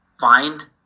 find